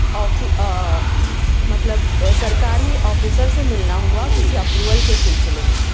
مطلب سرکاری آفیسر سے مِلنا ہُوا کسی اپروول کے سِلسلے میں